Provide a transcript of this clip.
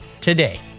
today